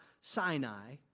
Sinai